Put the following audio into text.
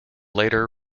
later